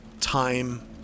time